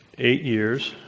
eight years.